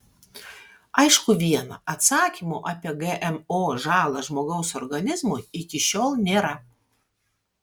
aišku viena atsakymo apie gmo žalą žmogaus organizmui iki šiol nėra